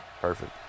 Perfect